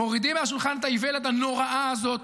מורידים מהשולחן את האיוולת הנוראה הזאת,